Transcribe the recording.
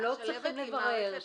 הם לא צריכים לברר.